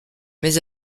mais